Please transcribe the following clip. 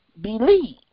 Believe